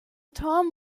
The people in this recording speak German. turm